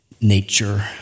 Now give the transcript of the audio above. nature